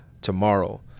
tomorrow